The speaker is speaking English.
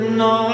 no